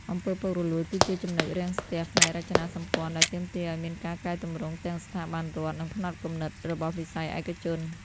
អំពើពុករលួយ គឺជា ចំណុចរាំងស្ទះ ផ្នែករចនាសម្ព័ន្ធដែលទាមទារឱ្យមានការកែទម្រង់ទាំងស្ថាប័នរដ្ឋ និងផ្នត់គំនិតរបស់វិស័យឯកជន។